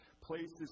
places